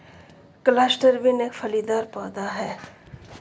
cluster bean एक फलीदार पौधा है